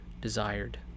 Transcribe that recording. desired